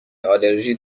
آلرژی